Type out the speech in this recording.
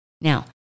Now